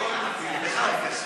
עוד משנה.